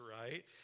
right